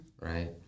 right